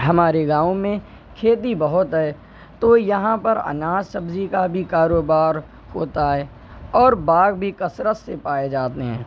ہمارے گاؤں میں کھیتی بہت ہے تو یہاں پر اناج سبزی کا بھی کاروبار ہوتا ہے اور باغ بھی کثرت سے پائے جاتے ہیں